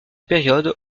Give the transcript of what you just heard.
périodes